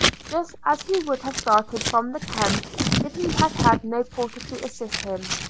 just as he would have started from the camp if he had had no porter to assist him.